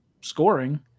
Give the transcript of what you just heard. scoring